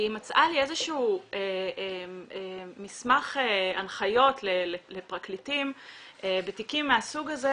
היא מצאה לי איזשהו מסמך הנחיות לפרקליטים בתיקים מהסוג הזה.